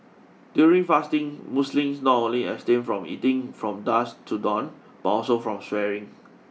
during fasting Muslims not only abstain from eating from dusk to dawn but also from swearing